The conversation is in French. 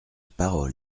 parole